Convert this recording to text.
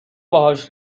باهاش